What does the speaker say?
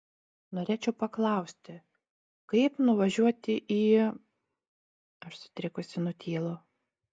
norėčiau paklausti kaip nuvažiuoti į aš sutrikusi nutylu